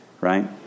right